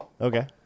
Okay